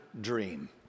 dream